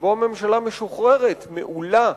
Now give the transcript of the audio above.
שבו ממשלה משוחררת מעולה